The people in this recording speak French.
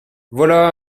voilà